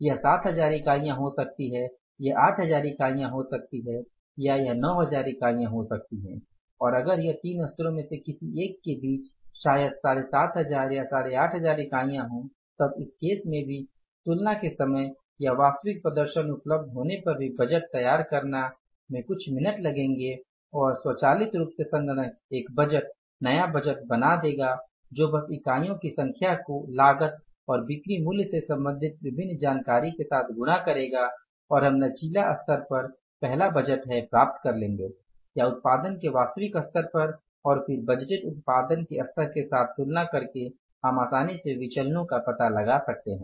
यह 7000 इकाइयाँ हो सकती हैं यह 8000 इकाइयाँ हो सकती हैं या यह 9000 इकाइयाँ हो सकती हैं और अगर यह इन तीन स्तरों में से किसी एक के बीच शायद 7500 या 8500 इकाइयाँ हो तब इस केस में भी तुलना के समय या वास्तविक प्रदर्शन उपलब्ध होने पर भी बजट तैयार करना में कुछ मिनट लगेंगे और स्वचालित रूप से संगणक एक बजट नया बजट बना देगा जो बस इकाइयों की संख्या को लागत और बिक्री मूल्य से संबंधित विभिन्न जानकारी के साथ गुणा करेगा और हम लचीला स्तर पर पहला बजट है प्राप्त कर लेंगे या उत्पादन के वास्तविक स्तर पर और फिर बजटेड उत्पादन के स्तर के साथ तुलना करके हम आसानी से विचलनो का पता लगा सकते हैं